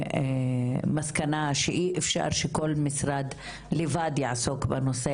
למסקנה שאי אפשר שכל משרד לבד יעסוק בנושא,